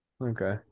Okay